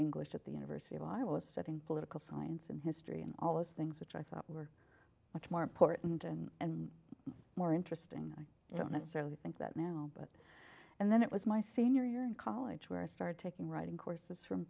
english at the university of i was studying political science and history and all those things which i thought were much more important and more interesting i don't necessarily think that now but and then it was my senior year in college where i started taking writing courses from